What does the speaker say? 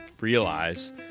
realize